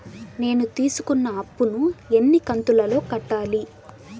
నేను తీసుకున్న అప్పు ను ఎన్ని కంతులలో కట్టాలి?